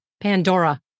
Pandora